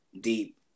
deep